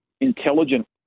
intelligent